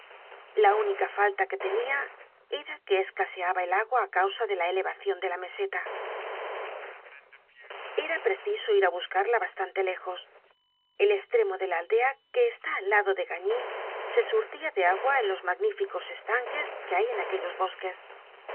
la única falta que tenia era que escaseaba el agua á causa de la elevacion de la meseta era preciso ir á buscarla bastante lejos el estremo de la aldea que está del lado de gagny se surtia de agua en los magníficos estanques que hay en aquellos bosques